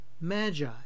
magi